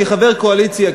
כחבר קואליציה,